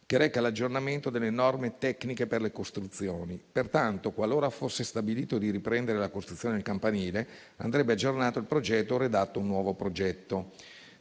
che reca l'aggiornamento delle norme tecniche per le costruzioni. Pertanto, qualora fosse stabilito di riprendere la costruzione del campanile, andrebbe aggiornato il progetto o redatto un nuovo progetto.